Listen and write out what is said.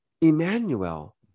Emmanuel